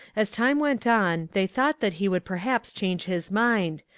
as time went on, they thought that he would perhaps change his mind,